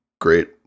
great